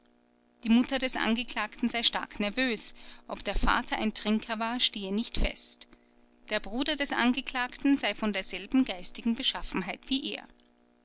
die mutter des angeklagten sei stark nervös ob der vater ein trinker war stehe nicht fest der bruder des angeklagten sei von derselben ben geistigen beschaffenheit wie er